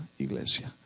iglesia